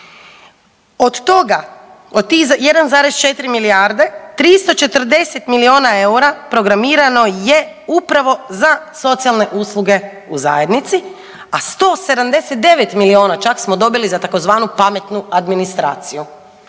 Od toga, od tih 1,4 milijarde, 340 milijuna eura programirano je upravo za socijalne usluge u zajednici, a 179 milijuna čak smo dobili za tzv. pametnu administraciju,